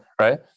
right